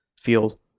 field